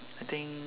I think